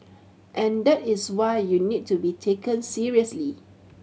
and that is why you need to be taken seriously